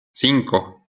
cinco